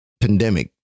pandemic